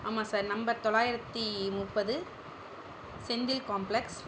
ஆமாம் sir number தொள்ளாயிரத்து முப்பது செந்தில் காம்ப்ளக்ஸ்